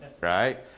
right